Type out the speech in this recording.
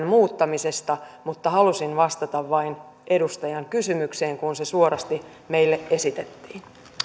muuttamisesta mutta halusin vastata vain edustajan kysymykseen kun se suorasti meille esitettiin